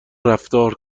رفتار